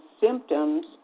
symptoms